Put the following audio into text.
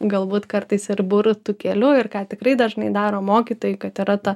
galbūt kartais ir burtų keliu ir ką tikrai dažnai daro mokytojai kad yra ta